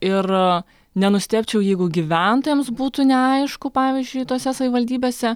ir nenustebčiau jeigu gyventojams būtų neaišku pavyzdžiui tose savivaldybėse